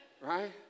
right